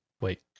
Wait